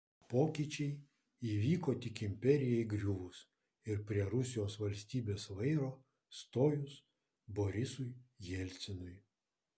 pokyčiai įvyko tik imperijai griuvus ir prie rusijos valstybės vairo stojus borisui jelcinui